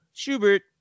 Schubert